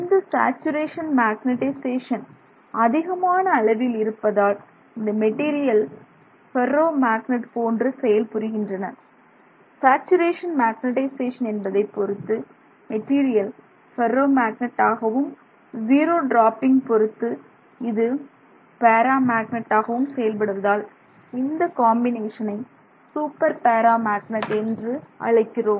இந்த saturation magnetisation அதிகமான அளவில் இருப்பதால் இந்த மெட்டீரியல் ஃபெர்ரோமேக்னட் போன்று செயல் புரிகின்றன சேச்சுரேஷன் மேக்னெட்டிசேசன் என்பதைப் பொருத்து மெட்டீரியல் ஃபெர்ரோமேக்னட் ஆகவும் ஜீரோ டிராப்பிங் பொருத்து இது பேரா மேக்னட்டாகவும் செயல்படுவதால் இந்த காம்பினேஷனை சூப்பர் பேரா மேக்னெட் என்று அழைக்கிறோம்